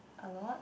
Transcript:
a lot